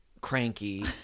Cranky